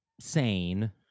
sane